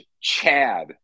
Chad